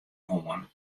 hân